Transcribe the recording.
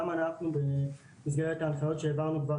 גם אנחנו במסגרת ההנחיות שהעברנו כבר